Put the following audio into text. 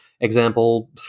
Example